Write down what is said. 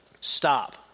Stop